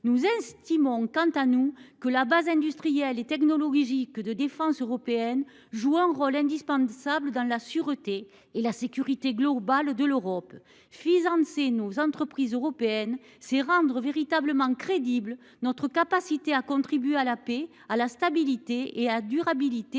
Nous estimons, pour notre part, que la base industrielle et technologique de défense européenne joue un rôle indispensable dans la sûreté et la sécurité globale de l’Europe. Financer nos entreprises européennes, c’est rendre véritablement crédible notre capacité à contribuer à la paix, à la stabilité et à la durabilité